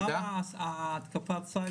בסדר, אבל מה התקפת סייבר.